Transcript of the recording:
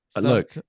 Look